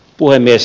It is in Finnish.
puhemies